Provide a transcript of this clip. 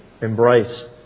embrace